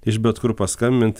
iš bet kur paskambint